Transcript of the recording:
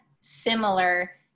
similar